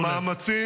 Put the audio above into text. שימו לב.